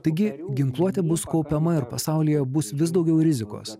taigi ginkluotė bus kaupiama ir pasaulyje bus vis daugiau rizikos